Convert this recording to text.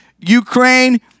Ukraine